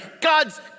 God's